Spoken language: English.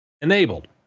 enabled